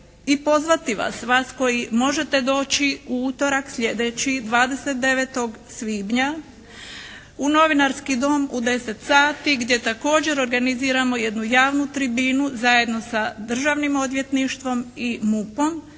i pozvati vas, vas koji možete doći u utorak sljedeći 29. svibnja u novinarski dom u 10 sati gdje također organiziramo jednu javnu tribinu zajedno sa Državnim odvjetništvom i MUP-om